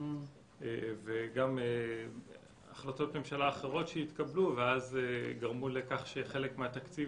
וגם החלטות ממשלה אחרות שהתקבלו וגרמו לכך שחלק מהתקציב